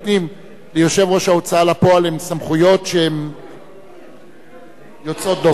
ליושב-ראש ההוצאה לפועל הן סמכויות יוצאות דופן,